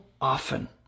often